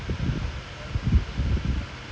no it's like the match finished already you know he is like